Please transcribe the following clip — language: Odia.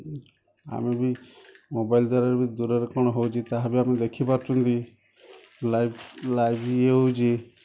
ଆମେ ବି ମୋବାଇଲ୍ ଦ୍ଵାରା ବି ଦୂରରେ କ'ଣ ହେଉଛି ତାହା ବି ଆମେ ଦେଖି ପାରୁଛନ୍ତି ଲାଇଭ୍ ଲାଇଭ୍ ଇଏ ହେଉଛି